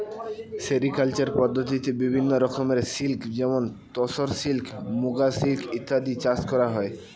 sericulture পদ্ধতিতে বিভিন্ন রকমের সিল্ক যেমন তসর সিল্ক, মুগা সিল্ক ইত্যাদি চাষ করা হয়